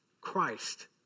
Christ